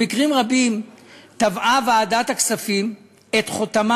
במקרים רבים טבעה ועדת הכספים את חותמה